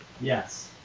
Yes